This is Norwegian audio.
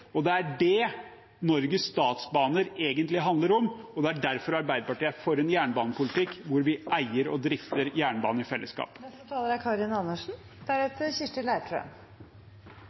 Det er det Norges Statsbaner egentlig handler om. Det er derfor Arbeiderpartiet er for en jernbanepolitikk hvor vi eier og drifter jernbanen i fellesskap. Det er